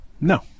No